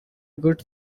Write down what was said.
good